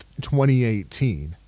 2018